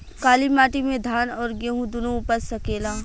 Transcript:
काली माटी मे धान और गेंहू दुनो उपज सकेला?